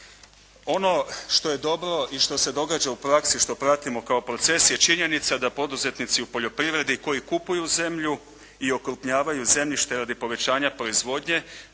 Ono što je dobro i što se događa u praksi što pratimo kao proces je činjenica da poduzetnici u poljoprivredi koji kupuju zemlju i okrupnjavaju zemljište radi povećanja proizvodnje,